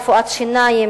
רפואת שיניים,